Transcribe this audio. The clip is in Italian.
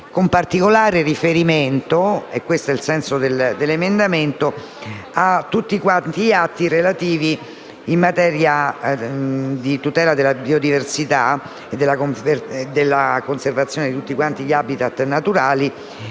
con particolare riferimento - e questo è il senso dell'emendamento - agli atti relativi in materia di tutela della biodiversità e della conservazione degli *habitat* naturali